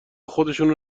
خودشونو